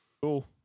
Cool